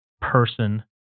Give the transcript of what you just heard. person